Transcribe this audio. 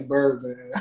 Birdman